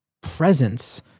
presence